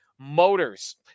motors